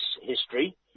history